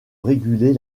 réguler